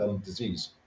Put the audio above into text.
disease